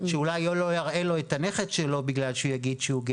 מחשש שאולי הוא לא יראה לו את הנכד שלו בגלל שהוא גיי,